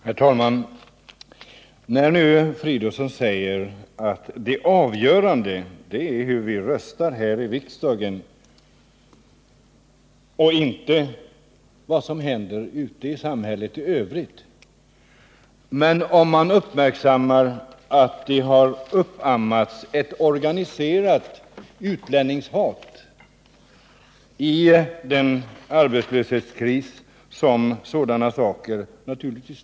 Filip Fridolfsson säger att det avgörande är hur vi röstar här i riksdagen och inte vad som händer ute i samhället i övrigt. Vi har emellertid sett hur det har uppammats ett utlänningshat under den arbetslöshetskris som vi har haft.